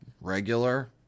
regular